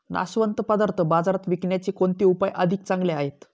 नाशवंत पदार्थ बाजारात विकण्याचे कोणते उपाय अधिक चांगले आहेत?